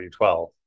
2012